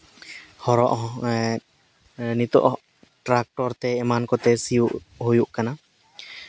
ᱦᱚᱨᱚᱜ ᱦᱚᱸ ᱱᱤᱛᱚᱜ ᱴᱨᱟᱠᱴᱚᱨ ᱛᱮ ᱮᱢᱟᱱ ᱠᱚᱛᱮ ᱥᱤᱭᱳᱜ ᱦᱩᱭᱩᱜ ᱠᱟᱱᱟ